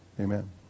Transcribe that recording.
Amen